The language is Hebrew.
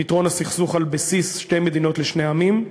לפתרון הסכסוך על בסיס שתי מדינות לשני עמים.